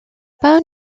pas